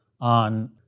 on